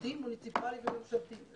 פרטי, מוניציפלי וממשלתי.